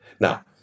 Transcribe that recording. now